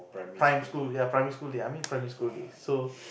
prime school ya primary school day I mean primary school days